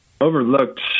overlooked